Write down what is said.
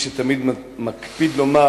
כאיש שתמיד מקפיד לומר: